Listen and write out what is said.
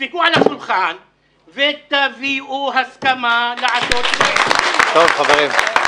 תדפקו על השולחן ותביאו הסכמה לעשות --- (מחיאות כפיים.) חברים,